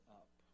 up